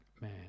man